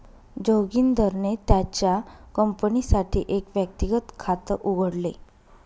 जोगिंदरने त्याच्या कंपनीसाठी एक व्यक्तिगत खात उघडले